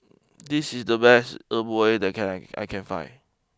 this is the best E Bua that can I can find